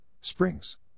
Springs